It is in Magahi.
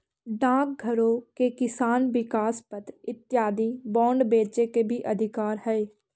डाकघरो के किसान विकास पत्र इत्यादि बांड बेचे के भी अधिकार हइ